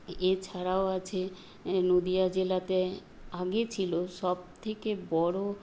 এছাড়াও আছে নদিয়া জেলাতে আগে ছিল সব থেকে বড়ো